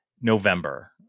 November